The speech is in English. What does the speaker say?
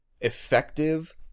effective